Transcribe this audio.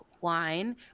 Wine